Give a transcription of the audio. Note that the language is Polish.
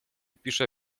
piszę